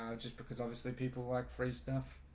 just because obviously people like free stuff